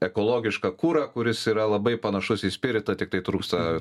ekologišką kurą kuris yra labai panašus į spiritą tiktai trūksta